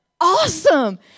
Awesome